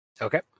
Okay